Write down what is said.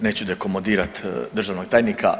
Neću dekomodirati državnog tajnika.